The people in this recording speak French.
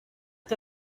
est